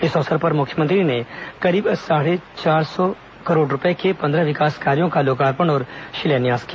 इस अवसर पर मुख्यमंत्री ने करीब चार सौ पचपन करोड़ रूपए के पंद्रह विकास कार्यों का लोकार्पण और शिलान्यास किया